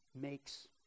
makes